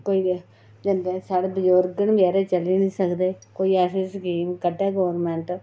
कोई जंदे न साढ़े बुजुर्ग न जेह्ड़े चली निं सकदे कोई ऐसी स्कीम कड्ढे गौरमैंट